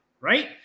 right